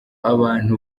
abantu